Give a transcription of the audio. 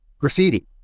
graffiti